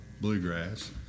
bluegrass